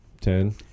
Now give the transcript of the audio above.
ten